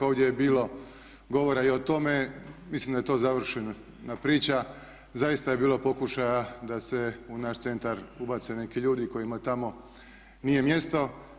Ovdje je bilo govora i o tome, mislim da je to završena priča, zaista je bilo pokušaja da se u naš centar ubace neki ljudi kojima tamo nije mjesto.